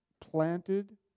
planted